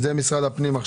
משרד הפנים.